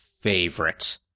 favorite